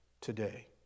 today